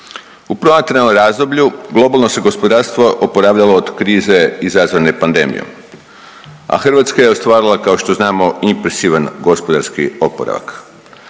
U promatranom razdoblju, globalno se gospodarstvo oporavljalo od krize izazvane pandemijom, a Hrvatska je ostvarila, kao što znamo impresivan gospodarski oporavak.